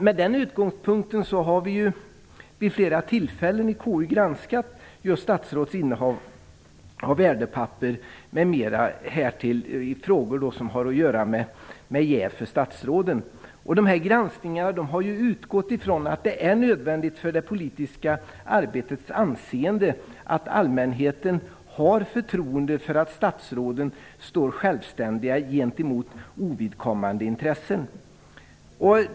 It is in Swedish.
Med den utgångspunkten har vi vid flera tillfällen i KU granskat just statsråds innehav av värdepapper m.m. i frågor som har att göra med jäv för statsråden. Dessa granskningar har utgått från att det är nödvändigt för det politiska arbetets anseende att allmänheten har förtroende för att statsråden står självständiga gentemot ovidkommande intressen.